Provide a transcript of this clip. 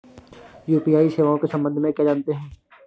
UPI सेवाओं के संबंध में क्या जानते हैं?